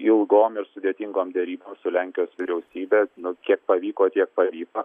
ilgom ir sudėtingom derybom su lenkijos vyriausybe nu kiek pavyko tiek pavyko